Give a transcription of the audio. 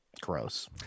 Gross